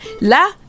la